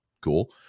cool